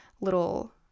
little